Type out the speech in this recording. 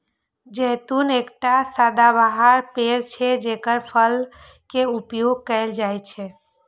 जैतून एकटा सदाबहार पेड़ छियै, जेकर फल के उपयोग कैल जाइ छै